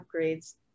upgrades